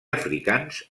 africans